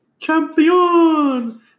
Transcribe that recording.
Champion